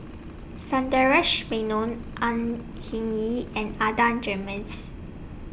Sundaresh Menon Au Hing Yee and Adan Jimenez